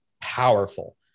powerful